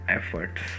efforts